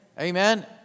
Amen